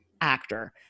actor